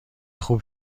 خوب